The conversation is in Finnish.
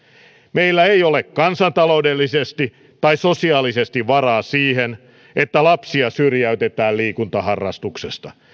meillä ei ole kansantaloudellisesti tai sosiaalisesti varaa siihen että lapsia syrjäytetään liikuntaharrastuksesta